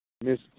Miss